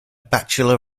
bachelor